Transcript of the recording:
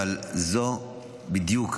אבל זאת בדיוק,